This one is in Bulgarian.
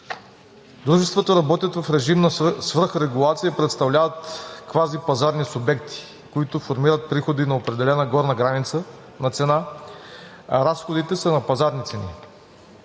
Дружествата работят в режим на свръхрегулация и представляват квазипазарни субекти, които формират приходи на определена горна граница на цена, а разходите са на пазарни цени.